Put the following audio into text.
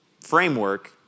framework